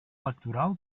electoral